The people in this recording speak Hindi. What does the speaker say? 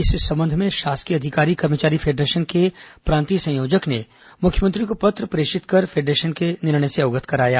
इस संबंध में शासकीय अधिकारी कर्मचारी फेडरेशन के प्रांतीय संयोजक ने मुख्यमंत्री को पत्र प्रेषित कर फेडरेशन के निर्णय से अवगत कराया है